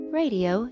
radio